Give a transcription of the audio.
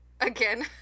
Again